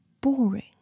boring